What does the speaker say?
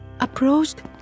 approached